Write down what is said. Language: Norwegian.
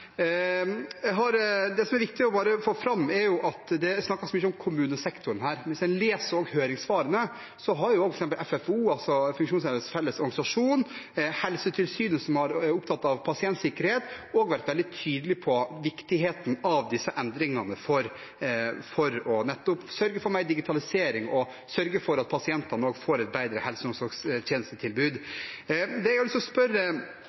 jeg fått pusten litt tilbake etter en liten maratonspurt nede i kjelleren her. Det som er viktig å få fram, er at det snakkes mye om kommunesektoren her, men hvis en også leser høringssvarene, har f.eks. FFO, Funksjonshemmedes Fellesorganisasjon, og Helsetilsynet, som er opptatt av pasientsikkerhet, også vært veldig tydelig på viktigheten av disse endringene for nettopp å sørge for mer digitalisering og sørge for at pasientene også får et bedre helse- og omsorgstjenestetilbud. Det jeg har lyst til å spørre